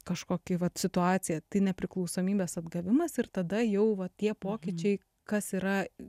kažkokį vat situaciją tai nepriklausomybės atgavimas ir tada jau va tie pokyčiai kas yra